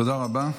תודה רבה.